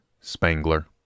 Spangler